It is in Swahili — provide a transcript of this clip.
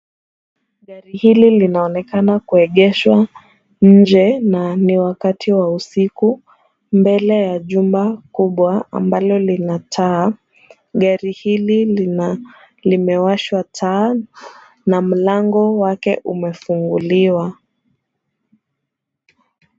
Gari hili linaonekana kuegeshwa nje na ni wakati wa usiku, mbele ya jumba kubwa ambalo linataa. Gari hili lina limewashwa taa, na mlango wake umefunguliwa.